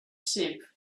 sheep